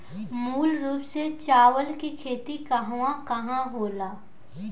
मूल रूप से चावल के खेती कहवा कहा होला?